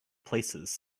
places